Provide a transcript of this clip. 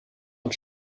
und